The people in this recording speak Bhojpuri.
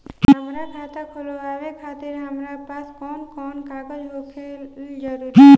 हमार खाता खोलवावे खातिर हमरा पास कऊन कऊन कागज होखल जरूरी बा?